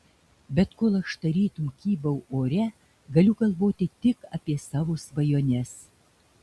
bet kol aš tarytum kybau ore galiu galvoti tik apie savo svajones